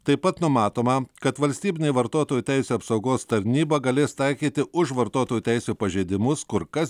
taip pat numatoma kad valstybinė vartotojų teisių apsaugos tarnyba galės taikyti už vartotojų teisių pažeidimus kur kas